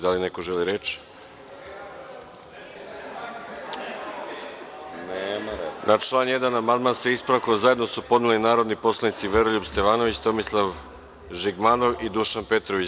Da li neko želi reč? (Ne) Na član 1. amandman, sa ispravkom, zajedno su podneli narodni poslanici Veroljub Stevanović, Tomislav Žigmanov i Dušan Petrović.